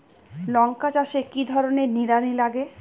লঙ্কা চাষে কি ধরনের নিড়ানি লাগে?